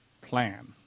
plan